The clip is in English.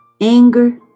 anger